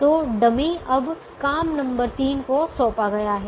तो डमी अब काम नंबर तीन को सौंपा गया है